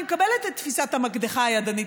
אני מקבלת את תפיסת המקדחה הידנית.